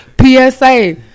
PSA